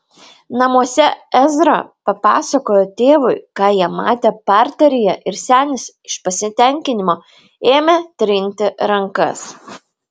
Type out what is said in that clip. namuose ezra papasakojo tėvui ką jie matę parteryje ir senis iš pasitenkinimo ėmė trinti rankas